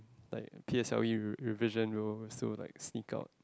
like p_s_l_e revision room so like sneak out